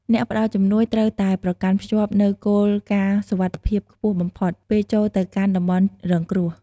អ្នកផ្តល់ជំនួយត្រូវតែប្រកាន់ខ្ជាប់នូវគោលការណ៍សុវត្ថិភាពខ្ពស់បំផុត ពេលចូលទៅកាន់តំបន់រងគ្រោះ។